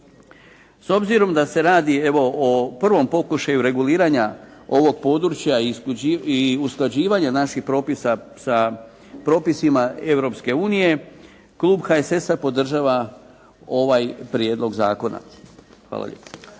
S obzirom da se radi evo o prvom pokušaju reguliranja ovog područja i usklađivanja naših propisa sa propisima Europske unije, klub HSS-a podržava ovaj prijedlog zakona. Hvala lijepa.